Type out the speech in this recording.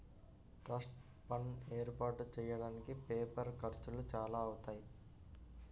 trust fund ఏర్పాటు చెయ్యడానికి paper ఖర్చులు చానా అవుతాయి